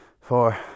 four